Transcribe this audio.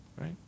Right